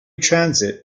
transit